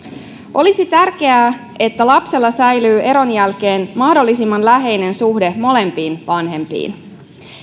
olisi tärkeää että lapsella säilyisi eron jälkeen mahdollisimman läheinen suhde molempiin vanhempiin